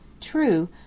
True